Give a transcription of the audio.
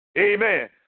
Amen